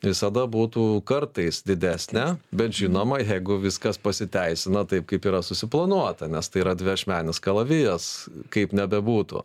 visada būtų kartais didesnė bet žinoma jeigu viskas pasiteisina taip kaip yra susiplanuota nes tai yra dviašmenis kalavijas kaip nebebūtų